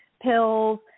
pills